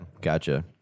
Gotcha